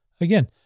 again